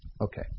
okay